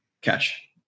catch